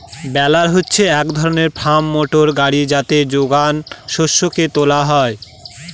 বেলার হচ্ছে এক ধরনের ফার্ম মোটর গাড়ি যাতে যোগান শস্যকে তোলা হয়